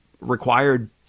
required